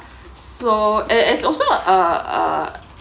so it it's also uh uh